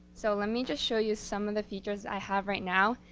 so let me just show you some of the features i have right now,